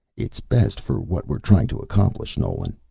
it's best for what we're trying to accomplish, nolan,